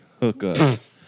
hookups